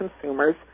consumers